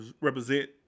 represent